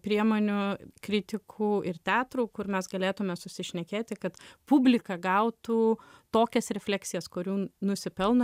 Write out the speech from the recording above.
priemonių kritikų ir teatrų kur mes galėtume susišnekėti kad publika gautų tokias refleksijas kurių nusipelno